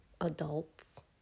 adults